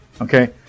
Okay